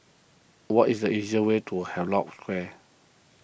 what is the easiest way to Havelock Square